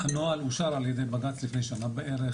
הנוהל אושר על ידי בג"צ לפני שנה בערך,